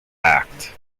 act